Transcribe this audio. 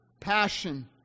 passion